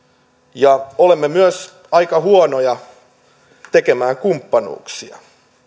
ja olemme myös aika huonoja tekemään kumppanuuksia